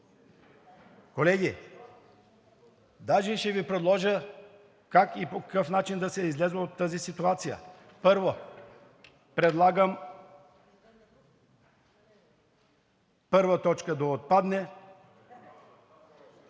Колеги, даже ще Ви предложа как и по какъв начин да се излезе от тази ситуация. Първо, предлагам точка първа да отпадне,